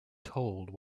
told